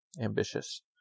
ambitious